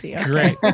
Great